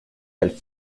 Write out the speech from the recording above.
del